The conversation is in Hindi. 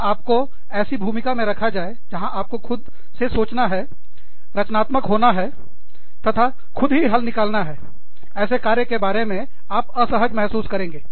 और आपको ऐसी भूमिका में रखा जाता है जहां आपको खुद से सोचना है रचनात्मक होना है तथा खुद ही हल निकालना है ऐसे कार्य के बारे में आप असहज महसूस करेंगे